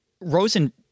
Rosen